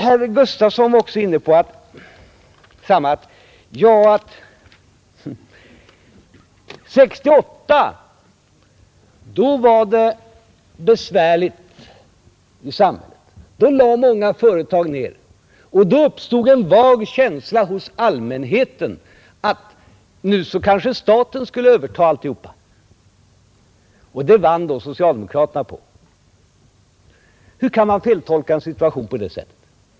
Herr Gustafson i Göteborg sade också att 1968 var det besvärligt i samhället; då lade många företag ned driften och då uppstod en vag känsla hos allmänheten att nu kanske staten skulle överta alltsammans. Och det vann alltså socialdemokraterna på. Hur kan man feltolka en situation på det sättet?